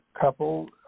couple